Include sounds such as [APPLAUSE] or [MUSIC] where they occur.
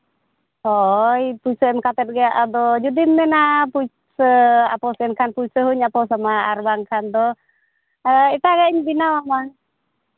ᱦᱳᱭ ᱥᱮᱱ ᱠᱟᱛᱮ ᱜᱮ ᱟᱫᱚ ᱡᱩᱫᱤᱢ ᱢᱮᱱᱟ ᱯᱩᱭᱥᱟᱹ ᱮᱱᱠᱷᱟᱱ ᱯᱩᱭᱥᱟᱹ ᱦᱚᱸᱧ [UNINTELLIGIBLE] ᱟᱨ ᱵᱟᱝᱠᱷᱟᱱ ᱫᱚ ᱮᱴᱟᱜᱟᱜ ᱤᱧ ᱵᱮᱱᱟᱣ ᱟᱢᱟ